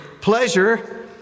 pleasure